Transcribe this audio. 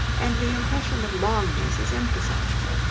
and the impression of longness is emphasized.